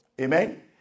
Amen